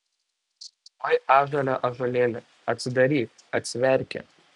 oi ąžuole ąžuolėli atsidaryk atsiverki